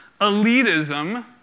elitism